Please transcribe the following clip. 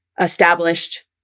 established